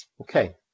Okay